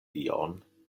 ion